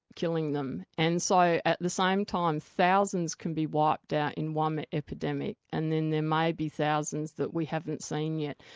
killing them. and so at the same time thousands can be wiped out in one epidemic, and then there may be thousands that we haven't seen yet.